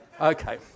Okay